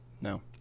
no